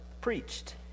preached